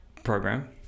program